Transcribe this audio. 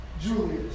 Julius